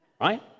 Right